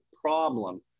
problem